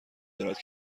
دارد